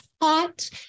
hot